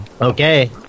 Okay